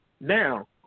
Now